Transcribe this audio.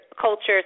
cultures